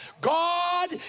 God